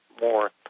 more